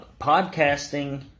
podcasting